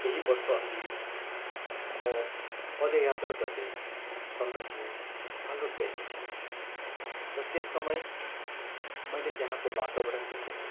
केही वर्ष अघि म पदयात्रा गर्दै सन्दकपू फालुट गएको थिएँ र त्यस समय मैले त्यहाँको वातावरण देखेर